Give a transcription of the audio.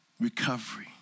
recovery